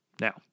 Now